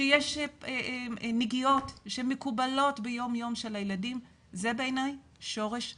כשיש נגיעות שמקובלות ביום יום של הילדים-זה בעיניי שורש הבעיה.